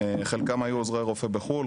חלקם היו עוזרי רופא בחו"ל,